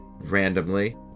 randomly